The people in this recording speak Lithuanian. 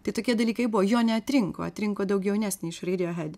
tai tokie dalykai buvo jo neatrinko atrinko daug jaunesnį iš reidijo hed